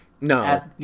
No